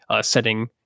setting